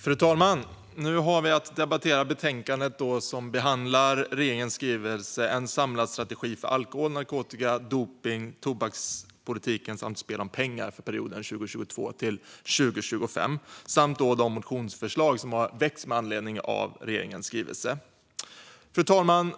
Fru talman! Nu har vi att debattera ett betänkande som behandlar regeringens skrivelse En samlad strategi för alkohol , narkotika , dop nings och tobakspolitiken samt spel om pengar 2022 - 2025 samt de motionsförslag som väckts med anledning av regeringens skrivelse. Fru talman!